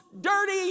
dirty